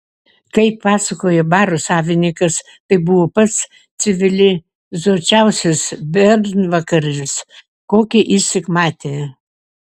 kaip pasakojo baro savininkas tai buvo pats civilizuočiausias bernvakaris kokį jis tik matė